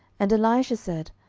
and elisha said,